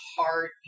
hard